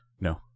No